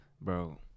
Bro